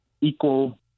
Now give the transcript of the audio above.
equal